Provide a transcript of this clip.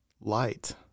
light